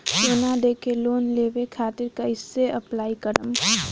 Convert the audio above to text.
सोना देके लोन लेवे खातिर कैसे अप्लाई करम?